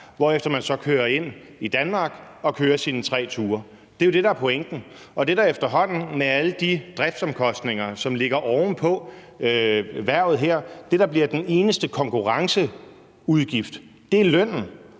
hvorefter man så kører ind i Danmark og kører sine tre ture. Det er jo det, der er pointen. Og det, der efterhånden – med alle de driftsomkostninger, som ligger oven på erhvervet her – bliver den eneste konkurrenceudgift, er lønnen.